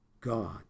God